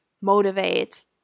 motivate